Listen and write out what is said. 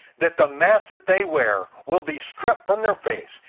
that the masks that they wear will be stripped from their face,